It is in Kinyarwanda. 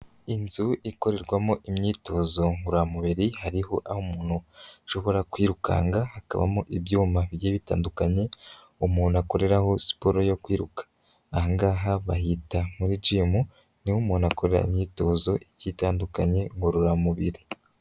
Inzu ikorerwamo imyitozo ngororamubiri, hariho aho umuntu ashobora kwirukanka, hakabamo ibyuma bigiye bitandukanye, umuntu akoreraho siporo yo kwiruka. Aha ngaha bahita muri gimu, ni ho umuntu akora imyitozo igiye itandukanye ngororamubiri.